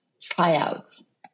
tryouts